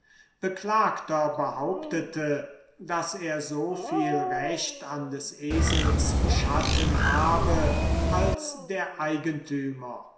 beklagter behauptete daß er so viel recht an des esels schatten habe als der eigentümer